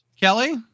Kelly